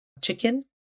chicken